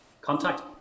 contact